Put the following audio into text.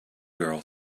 girl